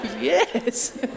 Yes